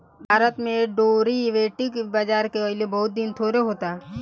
भारत में डेरीवेटिव बाजार के अइले बहुत दिन थोड़े होता